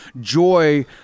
joy